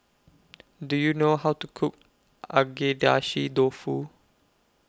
Do YOU know How to Cook Agedashi Dofu